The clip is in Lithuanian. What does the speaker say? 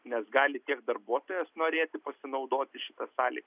nes gali tiek darbuotojas norėti pasinaudoti šita sąlyga